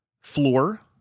Floor